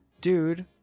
dude